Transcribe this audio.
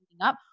up